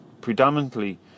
predominantly